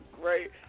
Right